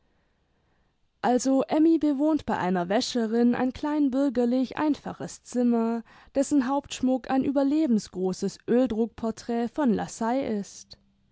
also emmy bewohnt bei einer wäscherin ein kleinbürgerlich einfaches zimmer dessen hauptschmuck ein überlebensgroßes öldruckporträt von lassalle ist